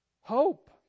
Hope